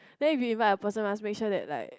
then if you invite a person must make sure that like